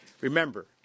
Remember